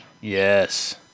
Yes